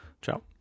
Ciao